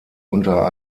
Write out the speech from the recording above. unter